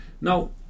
Now